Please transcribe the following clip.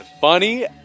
funny